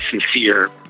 sincere